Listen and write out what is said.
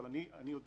אבל אני יודע